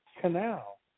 canal